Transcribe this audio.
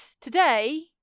today